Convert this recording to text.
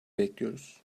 bekliyoruz